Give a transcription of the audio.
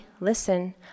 listen